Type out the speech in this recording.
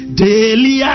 daily